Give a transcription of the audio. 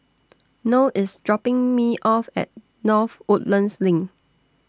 Noe IS dropping Me off At North Woodlands LINK